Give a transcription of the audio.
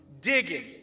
Digging